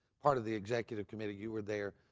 part of the executive committee, you were there.